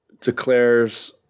declares